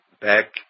back